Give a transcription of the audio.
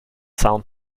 sound